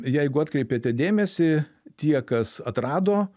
jeigu atkreipėte dėmesį tie kas atrado